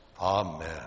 Amen